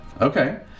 Okay